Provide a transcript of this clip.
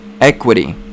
equity